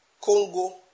Congo